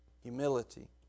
Humility